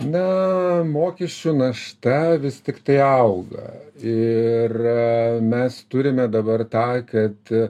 na mokesčių našta vis tiktai auga ir mes turime dabar tą kad